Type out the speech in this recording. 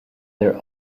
their